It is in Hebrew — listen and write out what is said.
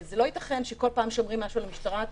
זה לא ייתכן שכל פעם שאומרים משהו על המשטרה אתה